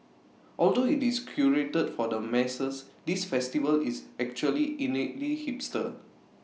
although IT is curated for the masses this festival is actually innately hipster